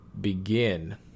begin